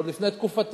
עוד לפני תקופתי,